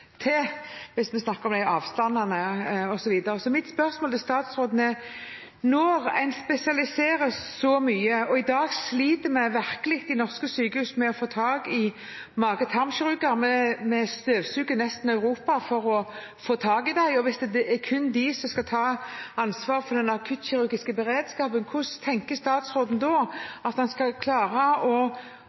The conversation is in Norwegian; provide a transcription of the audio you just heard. til, hvis vi snakker om de avstandene osv. Så mitt spørsmål til statsråden er: Nå spesialiserer en mye, og i dag sliter virkelig norske sykehus med å få tak i mage-/tarmkirurger, vi støvsuger nesten Europa for å få tak i dem. Hvis det er kun de som skal ta ansvaret for den akuttkirurgiske beredskapen, hvordan tenker statsråden da at han skal klare å